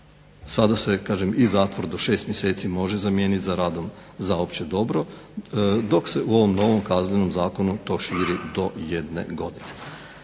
Sada se kažem i zatvor do 6 mjeseci može zamijeniti sa radom za opće dobro dok se u ovom novom Kaznenom zakonu to širi do jedne godine.